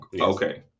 Okay